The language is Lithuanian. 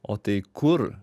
o tai kur